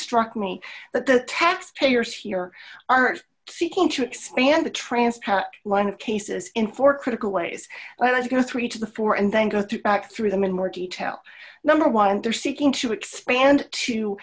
struck me that the tax payers here are seeking to expand the transparent line of cases in four critical ways and i go three to four and then go through back through them in more detail number one they're seeking to expand to